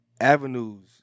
avenues